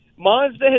Mazda